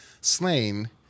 Slain